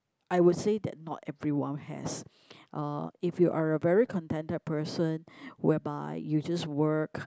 I would say that not everyone has uh if you are a very contented person whereby you just work